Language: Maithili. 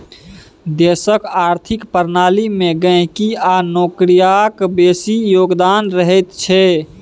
देशक आर्थिक प्रणाली मे गहिंकी आ नौकरियाक बेसी योगदान रहैत छै